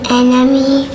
enemy